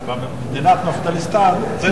במדינת "נפתליסטן" זה,